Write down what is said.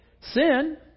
sin